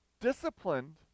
disciplined